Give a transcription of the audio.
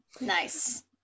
Nice